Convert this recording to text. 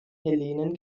hellenen